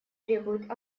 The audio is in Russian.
требует